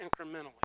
incrementally